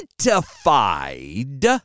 identified